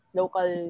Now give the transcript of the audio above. local